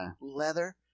leather